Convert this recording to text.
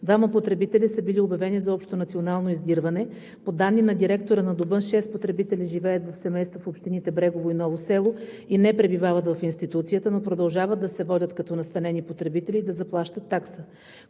Двама потребители са били обявени за общонационално издирване. По данни на директора на Дома шест потребители живеят в семейства в общините Брегово и Ново село и не пребивават в институцията, но продължават да се водят като настанени потребители и да заплащат такса.